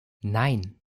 nein